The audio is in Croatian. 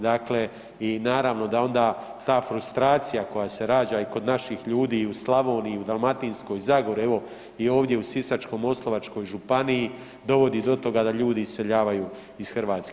Dakle, i naravno da onda ta frustracija koja se rađa i kod naših ljudi i u Slavoniji i u Dalmatinskoj zagori, evo ovdje i u Sisačko-moslavačkoj županiji dovodi do toga da ljudi iseljavaju iz Hrvatske.